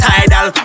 Tidal